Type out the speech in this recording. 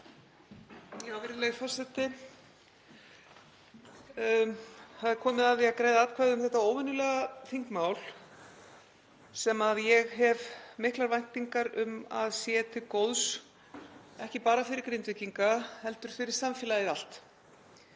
Virðulegi forseti. Það er komið að því að greiða atkvæði um þetta óvenjulega þingmál sem ég hef miklar væntingar um að sé til góðs, ekki bara fyrir Grindvíkinga heldur fyrir samfélagið allt.